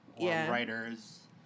Writers